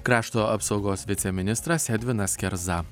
krašto apsaugos viceministras edvinas kerza